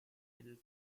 middle